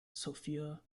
sophia